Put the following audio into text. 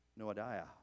Noadiah